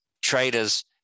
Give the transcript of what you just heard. traders